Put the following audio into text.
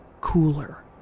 cooler